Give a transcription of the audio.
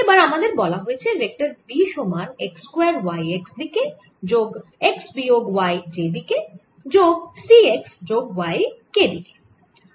এবার আমাদের বলা হয়েছে ভেক্টর v সমান x স্কয়ার y x দিকে যোগ x বিয়োগ y j দিকে যোগ c x যোগ y k দিকে